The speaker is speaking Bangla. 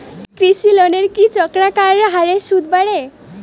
কৃষি লোনের কি চক্রাকার হারে সুদ বাড়ে?